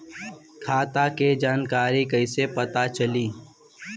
खाता के जानकारी कइसे पता चली?